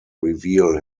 reveal